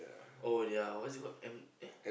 oh ya what is it called M eh